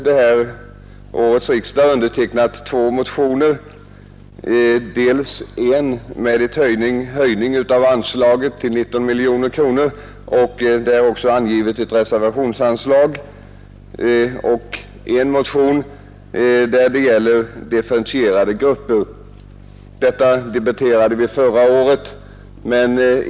Jag har till årets riksdag undertecknat två motioner, dels en motion om en höjning av anslaget till 19 miljoner kronor — anslaget utgår nu i form av ett reservationsanslag, men vi föreslår ett förslagsanslag — dels en motion om differentierade grupper. Detta debatterade vi förra året.